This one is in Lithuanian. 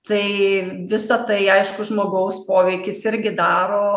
tai visa tai aišku žmogaus poveikis irgi daro